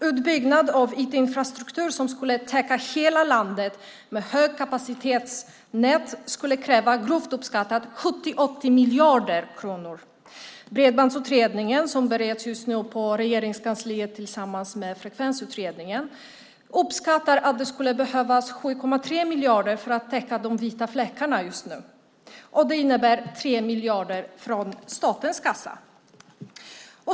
Utbyggnad av IT-infrastruktur, så att man skulle täcka hela landet med högkapacitetsnät skulle kräva, grovt uppskattat, 70-80 miljarder kronor. Bredbandsutredningen, som bereds just nu på Regeringskansliet tillsammans med Frekvensutredningen, uppskattar att det skulle behövas 7,3 miljarder för att täcka de vita fläckarna just nu. Det innebär 3 miljarder från statens kassa.